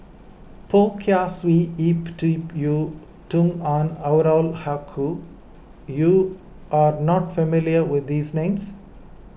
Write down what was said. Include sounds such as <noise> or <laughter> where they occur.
Poh Kay Swee Ip <unintelligible> Yiu Tung and <unintelligible> Haque you are not familiar with these names